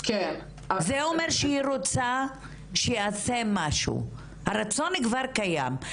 זה אומר שהיא רוצה שייעשה משהו, רצון כבר קיים.